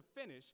finish